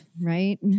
Right